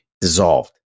dissolved